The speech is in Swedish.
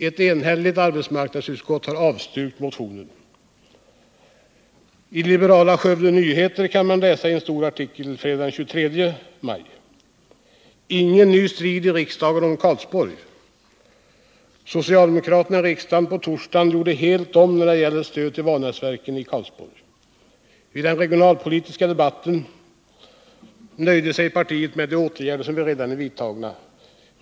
Ett enhälligt arbetsmarknadsutskott avstyrker nämligen motio I den liberala tidningen Skövde Nyheter kan man läsa i en stor artikel fredagen den 23 maj: ”Ingen ny strid i riksdagen om Karlsborg. Socialdemokraterna i riksdagen gjorde på torsdagen helt om när det gäller stöd till Vanäsverken i Karlsborg. Vid den regionalpolitiska debatten nöjde sig partiet med de åtgärder som redan är vidtagna.